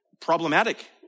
Problematic